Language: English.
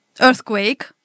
earthquake